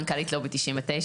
מנכ"לית לובי 99,